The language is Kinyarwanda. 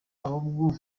ahubwo